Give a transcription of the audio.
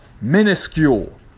minuscule